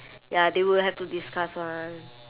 ya they would have to discuss [one]